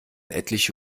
etliche